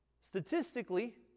Statistically